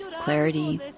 Clarity